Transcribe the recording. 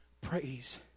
praise